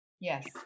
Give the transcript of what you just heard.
Yes